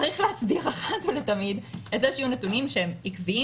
צריך להסדיר אחת ולתמיד את זה שיהיו נתונים שהם עקביים